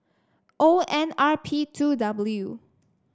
O N R P two W